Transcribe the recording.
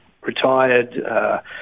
retired